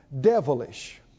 devilish